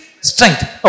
strength